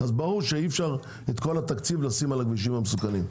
ברור שאי-אפשר לשים את כל התקציב על הכבישים המסוכנים,